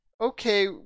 okay